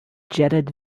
jetted